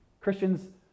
Christians